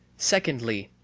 secondly,